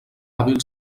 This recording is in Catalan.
hàbil